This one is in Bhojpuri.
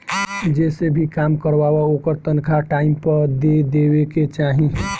जेसे भी काम करवावअ ओकर तनखा टाइम पअ दे देवे के चाही